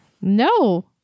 No